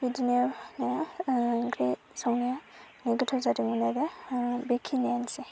बिदिनो ओंख्रि संनाया गोथाव जादोंमोन आरो बेखिनियानोसै